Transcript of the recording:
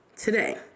Today